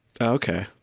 Okay